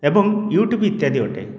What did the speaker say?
ଏବଂ ୟୁଟ୍ୟୁବ ଇତ୍ୟାଦି ଅଟେ